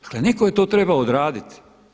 Dakle netko je to trebao odraditi.